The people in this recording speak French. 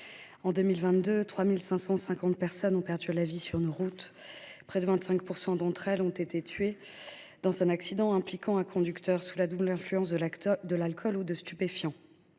En 2022, 3 550 personnes ont perdu la vie sur nos routes. Près de 25 % d’entre elles ont été tuées dans un accident impliquant un conducteur sous la double influence de l’alcool et de stupéfiants.